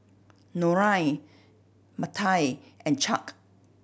Norine Mattye and Chuck